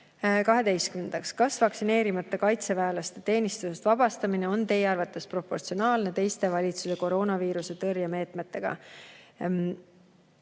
"Kas vaktsineerimata kaitseväelaste teenistusest vabastamine on Teie arvates proportsionaalne teiste valitsuse koroonaviiruse tõrje meetmetega?"